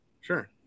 Sure